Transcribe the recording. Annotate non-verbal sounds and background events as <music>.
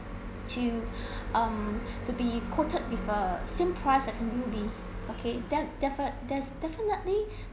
to be quoted with err same price as a newbie okay then definite there's definitely <breath>